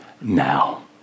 now